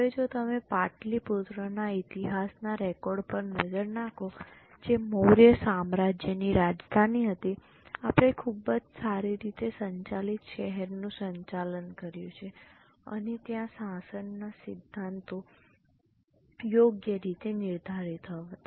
હવે જો તમે પાટલીપુત્રના ઇતિહાસના રેકોર્ડ પર નજર નાખો જે મૌર્ય સામ્રાજ્યની રાજધાની હતી આપણે ખૂબ જ સારી રીતે સંચાલિત શહેરનું સંચાલન કર્યું છે અને ત્યાં શાસનના સિદ્ધાંતો યોગ્ય રીતે નિર્ધારિત હતા